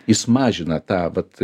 jis mažina tą vat